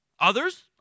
Others